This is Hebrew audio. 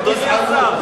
אדוני השר,